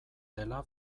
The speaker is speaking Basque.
dela